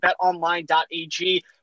betonline.ag